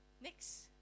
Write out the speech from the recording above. Next